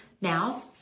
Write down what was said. Now